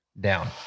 down